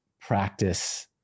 practice